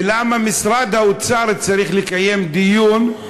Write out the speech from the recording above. ולמה משרד האוצר צריך לקיים דיון?